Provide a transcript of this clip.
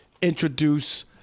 introduce